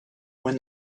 when